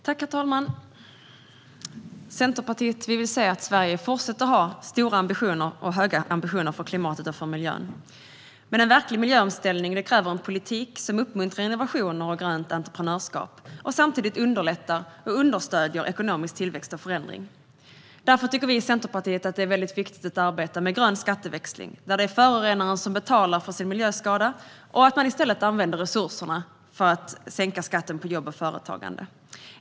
Herr talman! Centerpartiet vill se att Sverige fortsätter att ha höga ambitioner för klimatet och för miljön. Men en verklig miljöomställning kräver en politik som uppmuntrar innovationer och grönt entreprenörskap och samtidigt underlättar och understöder ekonomisk tillväxt och förändring. Därför tycker vi i Centerpartiet att det är väldigt viktigt att arbeta med grön skatteväxling, där förorenaren får betala för sin miljöskada och resurserna i stället används för att sänka skatten på jobb och företagande.